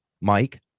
Mike